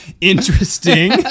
Interesting